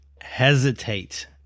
hesitate